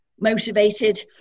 motivated